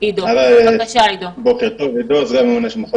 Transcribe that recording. סיוע לאור